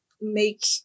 make